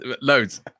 loads